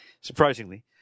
surprisingly